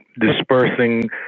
dispersing